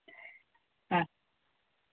ᱦᱮᱸ